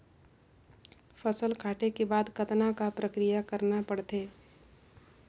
फसल काटे के बाद कतना क प्रक्रिया करना पड़थे?